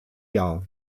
jahr